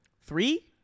Three